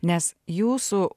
nes jūsų